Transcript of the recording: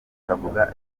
akavuga